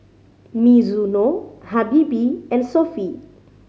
Mizuno Habibie and Sofy